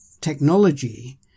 technology